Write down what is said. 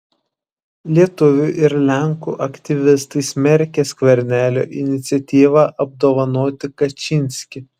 lietuvių ir lenkų aktyvistai smerkia skvernelio iniciatyvą apdovanoti kačynskį